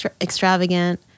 extravagant